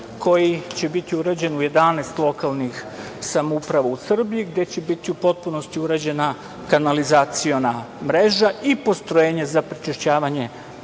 koji će biti urađen u 11 lokalnih samouprava u Srbiji, gde će biti u potpunosti urađena kanalizaciona mreža i postrojenje za prečišćavanje